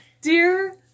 Dear